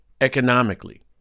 economically